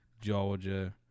Georgia